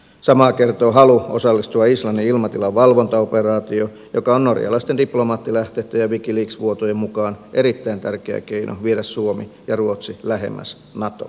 samaa kertoo halu osallistua islannin ilmatilan valvontaoperaatioon joka on norjalaisten diplomaattilähteitten ja wikileaks vuotojen mukaan erittäin tärkeä keino viedä suomi ja ruotsi lähemmäs natoa